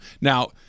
Now